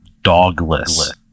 Dogless